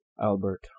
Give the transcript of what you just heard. Albert